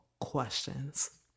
questions